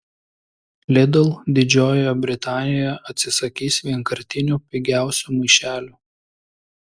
lidl didžiojoje britanijoje atsisakys vienkartinių pigiausių maišelių